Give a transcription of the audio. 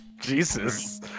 Jesus